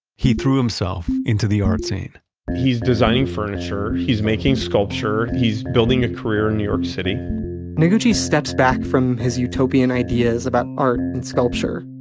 he threw himself into the art scene he's designing furniture, he's making sculpture, he's building a career in new york city noguchi steps back from his utopian ideas about art and sculpture,